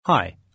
Hi